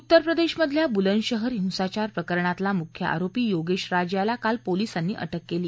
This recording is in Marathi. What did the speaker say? उत्तरप्रदेशमधल्या बुलंदशहर हिंसाचार प्रकरणातला मुख्य आरोपी योगेश राज याला काल पोलिसांनी अटक केली